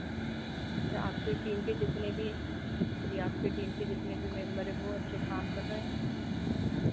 आपके टीम के जितने भी जी आपके टीम के जितने भी मेम्बर हैं वो अच्छे काम कर रहे हैं